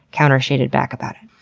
counter-shaded back about it.